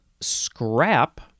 scrap